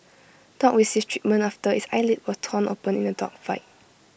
dog receives treatment after its eyelid was torn open in A dog fight